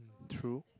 true